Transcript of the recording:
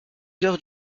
heures